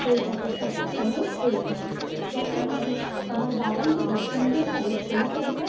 হয়ে থাকে সঠিক সময়ে হয়ে থাকে যাতে আমি আমার বাগানটিতে সুন্দরভাবে পরিচর্যা